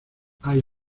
hay